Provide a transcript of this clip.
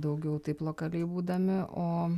daugiau taip lokaliai būdami o